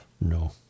No